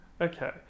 Okay